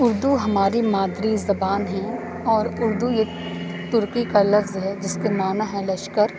اردو ہماری مادری زبان ہے اور اردو یہ ترکی کا لفظ ہے جس کے منعی ہیں لشکر